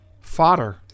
fodder